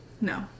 No